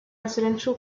residential